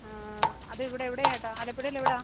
ആ അതിവിടെവിടെയായിട്ടാണ് ആലപ്പുഴയിലെവിടെയാണ്